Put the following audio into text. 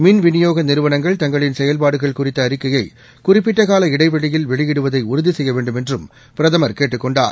மின் விநியோகநிறுவனங்கள் தங்களின் செயல்பாடுகள் குறித்தஅறிக்கையைகுறிப்பிட்டகால இடைவெளியில் வெளியிடுவதைஉறுதிசெய்யவேண்டுமென்றுமபிரதமர் கேட்டுக் கொண்டார்